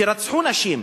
שרצחו נשים,